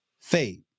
faith